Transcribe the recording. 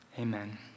amen